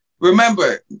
Remember